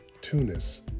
Tunis